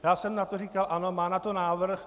Já jsem na to říkal ano, má na to návrh.